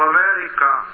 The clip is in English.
America